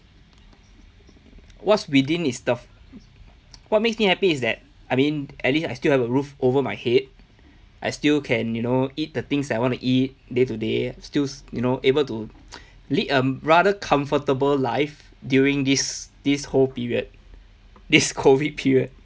what's within is the what makes me happy is that I mean at least I still have a roof over my head I still can you know eat the things I wanna eat day to day still you know able to lead a rather comfortable life during this this whole period this COVID period